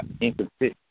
inconsistent